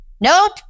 Nope